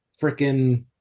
freaking